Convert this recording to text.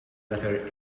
letter